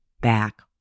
back